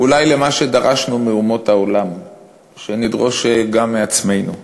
אולי מה שדרשנו מאומות העולם נדרוש גם מעצמנו.